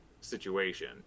situation